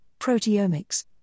proteomics